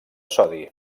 sodi